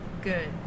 good